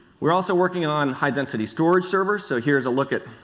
we are also working on high density storage servers so here is a look at